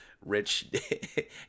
Rich